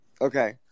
Okay